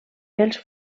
pels